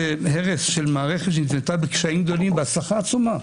זה הרס של מערכת שנבנתה בקשיים גדולים ובהצלחה עצומה.